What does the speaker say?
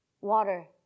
water